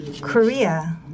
Korea